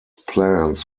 plans